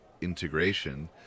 integration